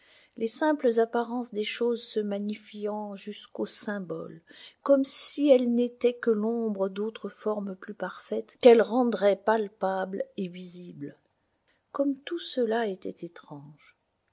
les simples apparences des choses se magnifiant jusqu'au symbole comme si elles n'étaient que l'ombre d'autres formes plus parfaites qu'elles rendraient palpables et visibles comme tout cela était étrange